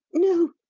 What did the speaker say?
no,